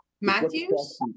Matthews